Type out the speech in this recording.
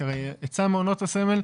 הרי היצע מעונות הסמל,